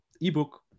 ebook